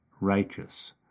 righteous